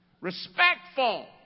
Respectful